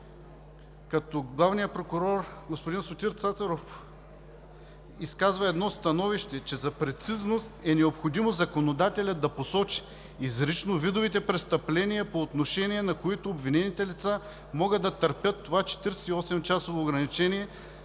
Главният прокурор господин Сотир Цацаров изказва становище, че за прецизност е необходимо законодателят да посочи изрично видовете престъпления, по отношение на които обвинените лица могат да търпят това 48 часово ограничение